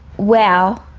wow,